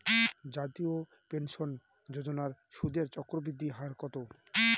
জাতীয় পেনশন যোজনার সুদের চক্রবৃদ্ধি হার কত?